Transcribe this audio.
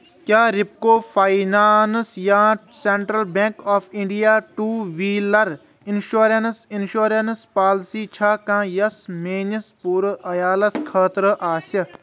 کیٛاہ رِپکو فاینانٛس یا central bank of India two wheeler insurance insurance policy چھا کانٛہہ یۄس میٲنِس پوٗرٕ عیالَس خٲطرٕ آسہِ؟